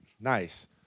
Nice